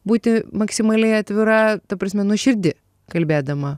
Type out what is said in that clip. būti maksimaliai atvira ta prasme nuoširdi kalbėdama